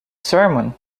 sermon